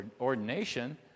ordination